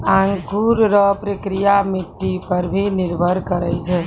अंकुर रो प्रक्रिया मट्टी पर भी निर्भर करै छै